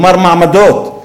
כלומר מעמדות.